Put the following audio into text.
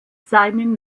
seinen